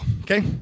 okay